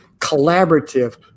collaborative